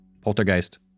poltergeist